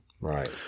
Right